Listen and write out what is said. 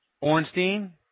Ornstein